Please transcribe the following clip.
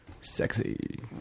Sexy